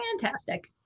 Fantastic